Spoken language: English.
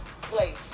place